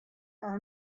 are